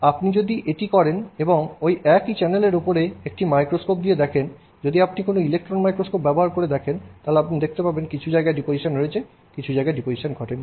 আপনি যদি এটি করেন এবং ওই একই চ্যানেলের ওপরে একটি মাইক্রোস্কোপ দিয়ে দেখেন যদি আপনি কোনও ইলেকট্রন মাইক্রোস্কোপ ব্যবহার করে দেখেন তাহলে আপনি দেখতে পাবেন কিছু জায়গায় ডিপোজিশন হয়েছে এবং কিছু জায়গায় হয়নি